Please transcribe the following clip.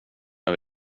jag